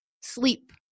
sleep